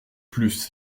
plus